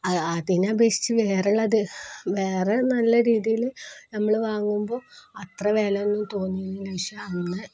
അതിനെ അപേക്ഷിച്ചു വേറെയുള്ളതു വേറെ നല്ല രീതിയില് നമ്മള് വാങ്ങുമ്പോള് അത്ര വിലയൊന്നും തോന്നിയില്ല പക്ഷേ അന്ന്